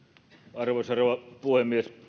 arvoisa rouva puhemies